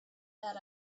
that